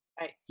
right